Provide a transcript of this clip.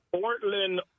portland